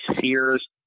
Sears